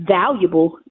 valuable